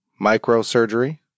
microsurgery